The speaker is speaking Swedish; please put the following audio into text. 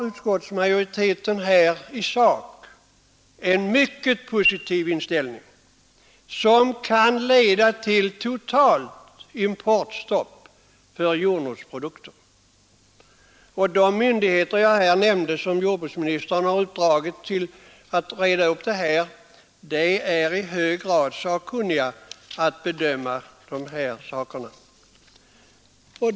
Utskottsmajoriteten har alltså en i sak mycket positiv inställning som kan leda till totalt importstopp för jordnötsprodukter. De myndigheter som jag nämnde och som fått jordbruksministerns uppdrag att reda upp detta, är i hög grad sakkunniga när det gäller att bedöma dessa frågor.